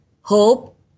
Hope